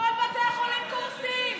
כל בתי החולים קורסים,